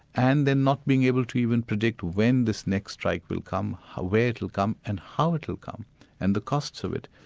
and then not being able to even predict when this next strike will come, where it will come and how it will come and the costs of it.